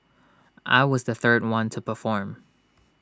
I was the third one to perform